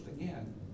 again